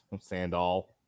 Sandal